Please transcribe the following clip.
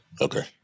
Okay